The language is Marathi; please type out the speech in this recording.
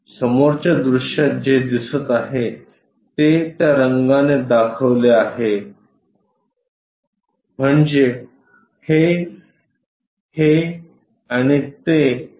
समोरच्या दृश्यात जे दिसते आहे ते त्या रंगाने दाखवले आहे ते म्हणजे हे हे आणि ते आहे